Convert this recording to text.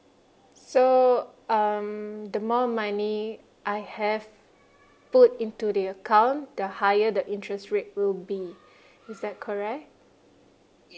so um the more money I have put into the account the higher the interest rate will be is that correct